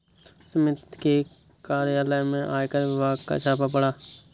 सुमित के कार्यालय में आयकर विभाग का छापा पड़ा